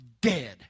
dead